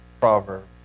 proverb